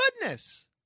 goodness